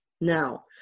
Now